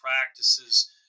practices